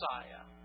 Isaiah